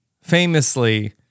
famously